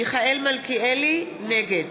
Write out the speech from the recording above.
מיכאל מלכיאלי, נגד